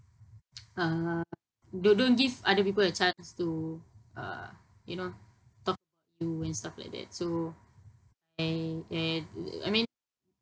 uh d~ don't give other people a chance to uh you know talk stuff like that so and and I mean